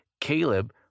Caleb